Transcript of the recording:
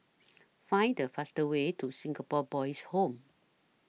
Find The fastest Way to Singapore Boys' Home